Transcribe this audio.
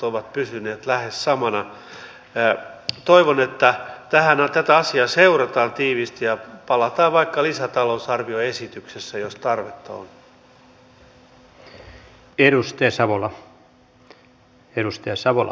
onko se riittävä raha ja minkälainen tilanne siellä tullissa tällä hetkellä on kuinka he varautuvat tähän tilanteeseen mikä meillä nyt vallitsee maahanmuuton osalta